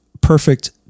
perfect